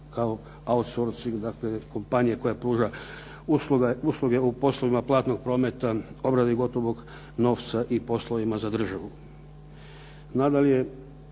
kao out sourcing dakle kompanije koja pruža usluge u poslovima platnog prometa, obrade gotovog novca i poslovima za državu. Nadalje,